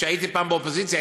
כשהייתי פעם באופוזיציה,